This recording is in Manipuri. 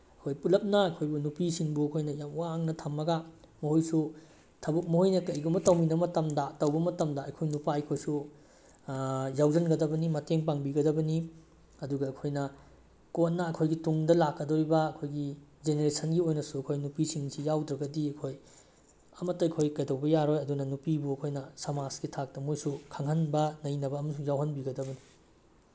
ꯑꯩꯈꯣꯏ ꯄꯨꯜꯂꯞꯅ ꯑꯩꯈꯣꯏꯕꯨ ꯅꯨꯄꯤꯁꯤꯡꯕꯨ ꯑꯩꯈꯣꯏꯅ ꯌꯥꯝ ꯋꯥꯡꯅ ꯊꯝꯃꯒ ꯃꯈꯣꯏꯁꯨ ꯊꯕꯛ ꯃꯈꯣꯏꯅ ꯀꯔꯤꯒꯨꯝꯕ ꯇꯧꯃꯤꯟꯅꯕ ꯃꯇꯝꯗ ꯇꯧꯕ ꯃꯇꯝꯗ ꯑꯩꯈꯣꯏ ꯅꯨꯄꯥ ꯑꯩꯈꯣꯏꯁꯨ ꯌꯥꯎꯁꯤꯟꯒꯗꯕꯅꯤ ꯃꯇꯦꯡ ꯄꯥꯡꯕꯤꯒꯗꯕꯅꯤ ꯑꯗꯨꯒ ꯑꯩꯈꯣꯏꯅ ꯀꯣꯟꯅ ꯑꯩꯈꯣꯏꯒꯤ ꯇꯨꯡꯗ ꯂꯥꯛꯀꯗꯣꯔꯤꯕ ꯑꯩꯈꯣꯏꯒꯤ ꯖꯦꯅꯦꯔꯦꯁꯟꯒꯤ ꯑꯣꯏꯅꯁꯨ ꯑꯩꯈꯣꯏ ꯅꯨꯄꯤꯁꯤꯡꯁꯤ ꯌꯥꯎꯗ꯭ꯔꯒꯗꯤ ꯑꯩꯈꯣꯏ ꯑꯃꯠꯇ ꯑꯩꯈꯣꯏ ꯀꯩꯗꯧꯕ ꯌꯥꯔꯣꯏ ꯑꯗꯨꯅ ꯅꯨꯄꯤꯕꯨ ꯑꯩꯈꯣꯏꯅ ꯁꯃꯥꯖꯀꯤ ꯊꯥꯛꯇ ꯃꯣꯏꯁꯨ ꯈꯪꯍꯟꯕ ꯅꯩꯅꯕ ꯑꯃꯁꯨꯡ ꯌꯥꯎꯍꯟꯕꯤꯒꯗꯕꯅꯤ